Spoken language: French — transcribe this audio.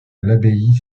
l’abbaye